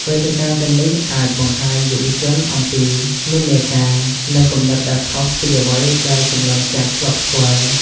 វេទិកាទាំងនេះអាចបង្ហាញយុវជនអំពីនិន្នាការ និងគំនិតដែលខុសពីអ្វីដែលជំនាន់ចាស់ធ្លាប់ស្គាល់។